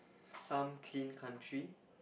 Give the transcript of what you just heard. some clean country